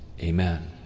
Amen